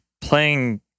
playing